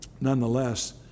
nonetheless